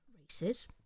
races